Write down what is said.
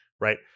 Right